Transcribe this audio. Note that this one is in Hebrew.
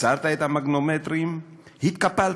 הסרת את המגנומטרים, התקפלת,